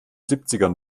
siebzigern